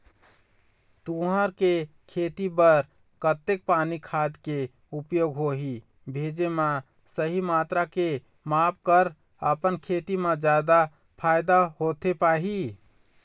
तुंहर के खेती बर कतेक पानी खाद के उपयोग होही भेजे मा सही मात्रा के माप कर अपन खेती मा जादा फायदा होथे पाही?